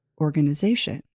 organization